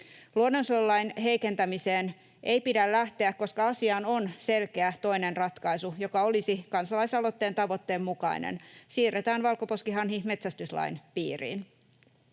Luonnonsuojelulain heikentämiseen ei pidä lähteä, koska asiaan on selkeä toinen ratkaisu, joka olisi kansalaisaloitteen tavoitteen mukainen: siirretään valkoposkihanhi metsästyslain piiriin.